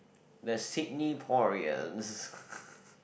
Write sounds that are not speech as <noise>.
we are Sydney-poreans <laughs>